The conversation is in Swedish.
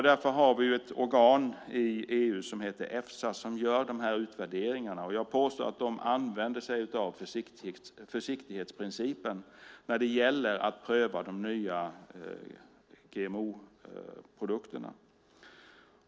Därför har vi ett organ i EU som heter Efsa, som gör de här utvärderingarna. Jag påstår att de använder sig av försiktighetsprincipen när det gäller att pröva de nya GMO-produkterna.